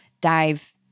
dive